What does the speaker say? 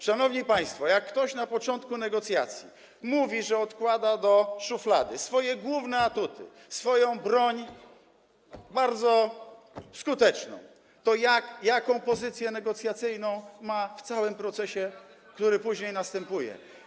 Szanowni państwo, jak ktoś na początku negocjacji mówi, że odkłada do szuflady swoje główne atuty, swoją bardzo skuteczną broń, to jaką pozycję negocjacyjną ma w całym procesie, który później następuje?